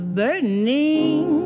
burning